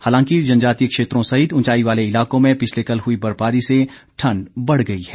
हालांकि जनजातीय क्षेत्रों सहित ऊंचाई वाले इलाकों में पिछले कल हुई बर्फबारी से ठण्ड बढ़ गई है